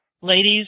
ladies